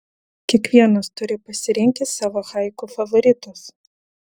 kiekvienas turi pasirinkęs savo haiku favoritus